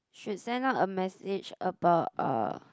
should send out a message about uh